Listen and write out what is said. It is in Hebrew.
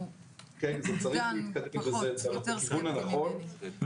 כן, זה צריך להתקדם וזה בכיוון הנכון.